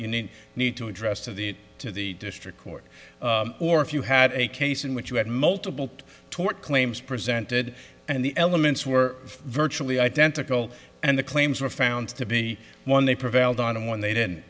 need need to address to the to the district court or if you had a case in which you had multiple tort claims presented and the elements were virtually identical and the claims were found to be one they prevailed on one they the